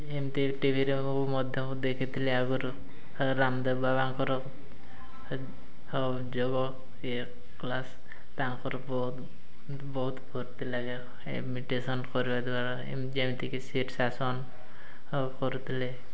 ଏମିତି ଟିଭିରେ ମୁଁ ମଧ୍ୟ ଦେଖିଥିଲି ଆଗରୁ ରାମଦେବ ବାବାଙ୍କର ଯୁବ ଇଏ କ୍ଲାସ୍ ତାଙ୍କର ବହୁତ ବହୁତ ଭର୍ତ୍ତି ଲାଗେ ଏମିଟେସନ୍ କରିବା ଦ୍ୱାରା ଯେମିତିକି ସିଟ୍ ଶାସନ କରୁଥିଲେ